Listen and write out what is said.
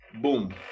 boom